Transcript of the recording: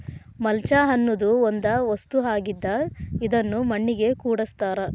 mulch ಅನ್ನುದು ಒಂದ ವಸ್ತು ಆಗಿದ್ದ ಇದನ್ನು ಮಣ್ಣಿಗೆ ಕೂಡಸ್ತಾರ